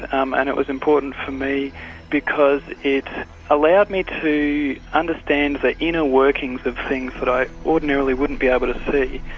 um and it was important for me because it allowed me to understand the inner workings of things that i ordinarily wouldn't be able to see,